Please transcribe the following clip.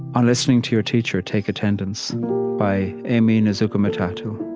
on listening to your teacher take attendance by aimee nezhukumatathil